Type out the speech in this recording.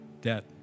debt